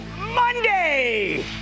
Monday